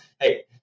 Hey